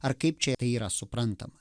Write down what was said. ar kaip čia tai yra suprantama